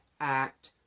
act